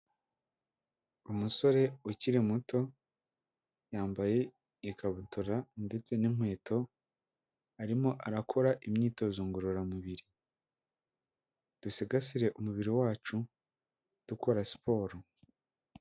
Umusore ukiri muto yambaye ikabutura ndetse n'inkweto arimo arakora imyitozo ngororamubiri, dusigasire umubiri wacu dukora siporo.